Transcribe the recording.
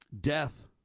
death